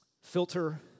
Filter